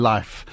Life